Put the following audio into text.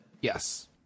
Yes